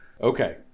Okay